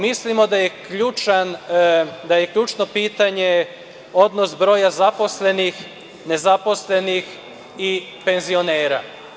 Mislimo da je ključno pitanje odnos broja zaposlenih, nezaposlenih i penzionera.